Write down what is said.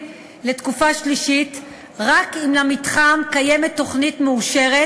לתקופה שלישית רק אם למתחם קיימת תוכנית מאושרת,